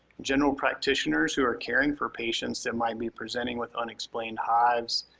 general practitioners who are caring for patients that might be presenting with unexplained hives,